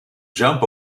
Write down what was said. jump